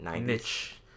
Niche